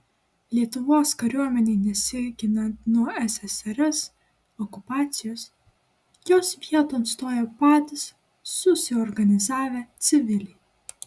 lietuvos kariuomenei nesiginant nuo ssrs okupacijos jos vieton stojo patys susiorganizavę civiliai